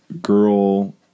girl